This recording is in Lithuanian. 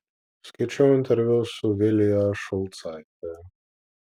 skaičiau interviu su vilija šulcaite